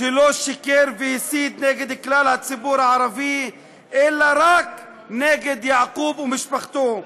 שלא שיקר והסית נגד כלל הציבור הערבי אלא רק נגד יעקוב ומשפחתו,